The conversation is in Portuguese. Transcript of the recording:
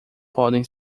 podem